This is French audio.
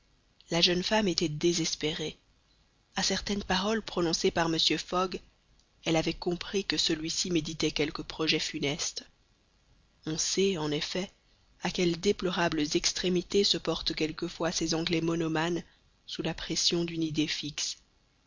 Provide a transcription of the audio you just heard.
la jeune femme était désespérée a certaines paroles prononcées par mr fogg elle avait compris que celui-ci méditait quelque projet funeste on sait en effet à quelles déplorables extrémités se portent quelquefois ces anglais monomanes sous la pression d'une idée fixe